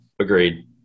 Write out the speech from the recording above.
agreed